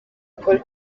paul